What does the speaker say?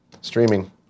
Streaming